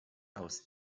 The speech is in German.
aus